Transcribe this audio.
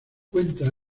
cuenta